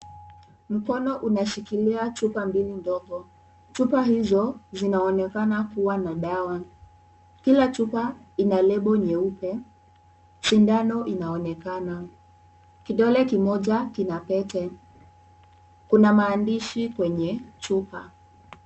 Mkono unashikilia chupa mbili ndogo. Chupa hizo zinaonekana kuwa na dawa. Kila chupa ina lebo nyeupe. Sindano inaonekana. Kidole kimoja kina pete. Kuna maandishi kwenye chupa.